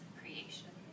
creation